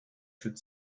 should